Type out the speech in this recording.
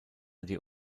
die